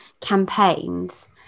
campaigns